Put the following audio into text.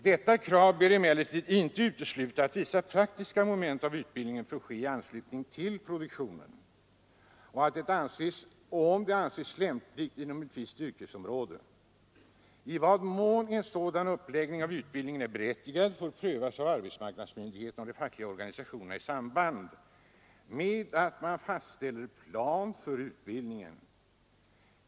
Detta krav bör emellertid inte utesluta att vissa praktiska moment av utbildning får ske i anslutning till produktion om det anses lämpligt inom ett visst yrkesområde. I vad mån en sådan uppläggning av utbildningen är berättigad får prövas av arbetsmarknadsmyndigheterna och de fackliga organisationerna i samband med att man fastställer plan för utbildningen.